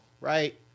right